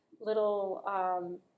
little